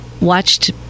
watched